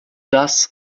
das